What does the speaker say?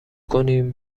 کنیم